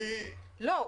זה --- לא.